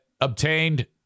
obtained